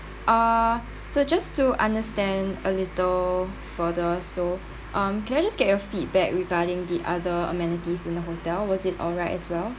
uh so just to understand a little further so um can I just get your feedback regarding the other amenities in the hotel was it alright as well